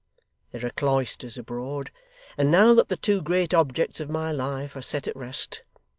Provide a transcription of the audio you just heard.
there are cloisters abroad and now that the two great objects of my life are set at rest,